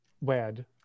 wed